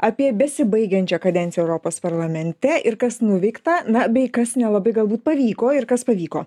apie besibaigiančią kadenciją europos parlamente ir kas nuveikta na bei kas nelabai galbūt pavyko ir kas pavyko